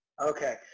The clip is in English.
okay